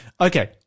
Okay